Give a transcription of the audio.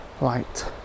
Light